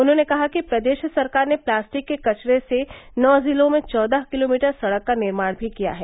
उन्होंने कहा कि प्रदेश सरकार ने प्लास्टिक के कचरे से नौ जिलों में चौदह किलोमीटर सड़क का निर्माण भी किया है